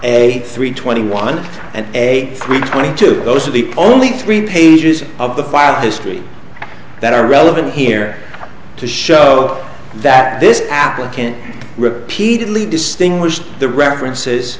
a three twenty one and a three twenty two those are the only three pages of the five history that are relevant here to show that this applicant repeatedly distinguished the references